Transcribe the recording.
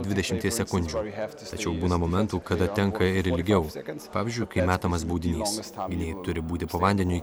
dvidešimties sekundžių tačiau būna momentų kada tenka ir ilgiau pavyzdžiui kai metamas baudinys gynėjai turi būti po vandeniu